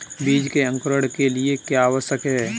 बीज के अंकुरण के लिए क्या आवश्यक है?